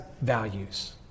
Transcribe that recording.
values